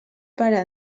pare